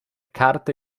carte